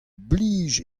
blij